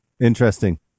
Interesting